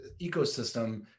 ecosystem